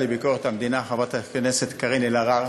לביקורת המדינה חברת הכנסת קארין אלהרר